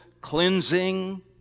cleansing